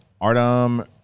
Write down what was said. Artem